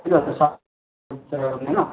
दुई हजार सात होइन